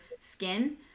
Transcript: skin